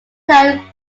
time